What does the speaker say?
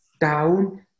down